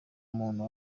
muntu